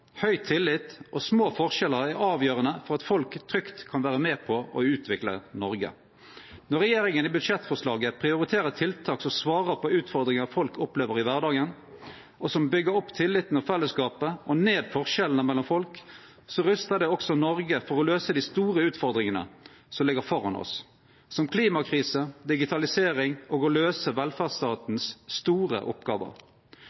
høg tillit og små forskjellar er avgjerande for at folk trygt kan vere med på å utvikle Noreg. Når regjeringa i budsjettforslaget prioriterer tiltak som svarar på utfordringar folk opplever i kvardagen, og som byggjer opp tilliten og fellesskapet og ned forskjellane mellom folk, rustar det også Noreg for å løyse dei store utfordringane som ligg framfor oss, som klimakrise, digitalisering og å løyse